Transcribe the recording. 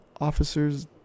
officers